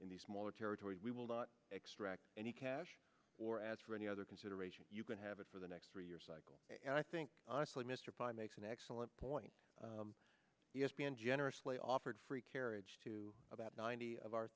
in the smaller territory we will not extract any cash or ads for any other consideration you can have it for the next three years and i think honestly mr prime makes an excellent point e s p n generously offered free carriage to about ninety of our